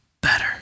better